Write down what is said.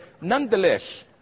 nonetheless